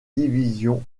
divisions